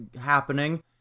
happening